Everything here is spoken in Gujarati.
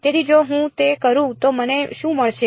તેથી જો હું તે કરું તો મને શું મળશે